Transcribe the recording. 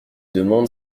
demande